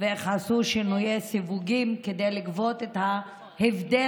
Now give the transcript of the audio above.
ואיך עשו שינויי סיווגים כדי לגבות את ההבדל